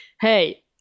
hey